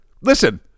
Listen